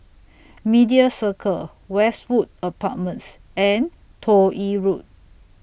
Media Circle Westwood Apartments and Toh Yi Road